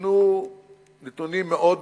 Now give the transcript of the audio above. ניתנו נתונים מאוד